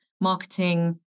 marketing